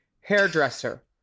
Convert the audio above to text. Hairdresser